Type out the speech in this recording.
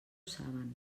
saben